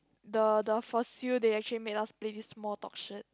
the the fossil they actually make us play this small talk shit